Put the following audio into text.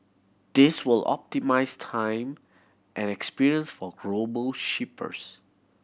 this will optimise time and experience for global shippers